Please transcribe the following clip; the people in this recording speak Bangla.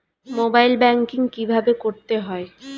মোবাইল ব্যাঙ্কিং কীভাবে করতে হয়?